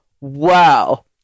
wow